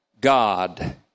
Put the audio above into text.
God